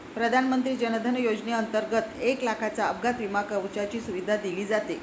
प्रधानमंत्री जन धन योजनेंतर्गत एक लाखाच्या अपघात विमा कवचाची सुविधा दिली जाते